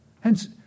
Hence